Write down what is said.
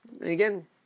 again